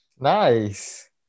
Nice